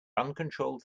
uncontrolled